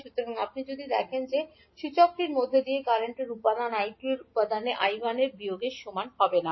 সুতরাং আপনি যদি দেখেন যে সূচকটির মধ্য দিয়ে প্রবাহিত কারেন্টের উপাদান I2 এর উপাদানটি I1 এর বিয়োগের সমান হবে না